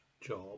job